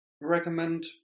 recommend